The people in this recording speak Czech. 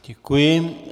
Děkuji.